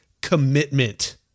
commitment